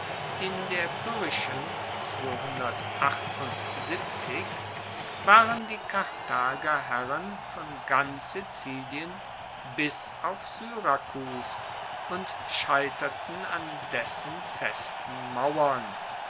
in der pyrrhischen waren die karthager herren von ganz sizilien bis auf syrakus und scheiterten an dessen festen mauern